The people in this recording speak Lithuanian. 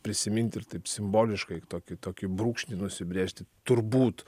prisiminti ir taip simboliškai tokį tokį brūkšnį nusibrėžti turbūt